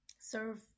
serve